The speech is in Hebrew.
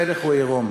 המלך הוא עירום.